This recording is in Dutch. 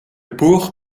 boer